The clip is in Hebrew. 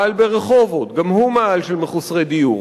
מאהל ברחובות, גם הוא מאהל של מחוסרי דיור.